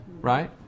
right